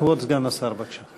כבוד סגן השר, בבקשה.